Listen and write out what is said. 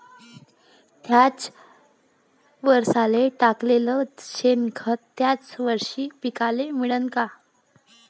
थ्याच वरसाले टाकलेलं शेनखत थ्याच वरशी पिकाले मिळन का?